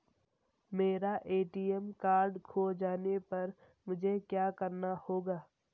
मेरा ATM card खो जाने पर मुझे क्या करना होगा?